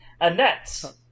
Annette